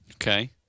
Okay